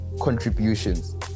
contributions